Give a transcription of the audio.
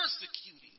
persecuting